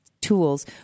tools